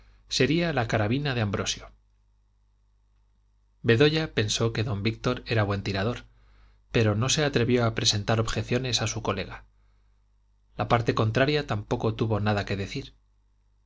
sería la carabina de ambrosio bedoya pensó que don víctor era buen tirador pero no se atrevió a presentar objeciones a su colega la parte contraria tampoco tuvo nada que decir